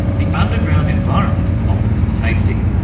the underground environment offered them safety.